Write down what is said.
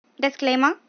Disclaimer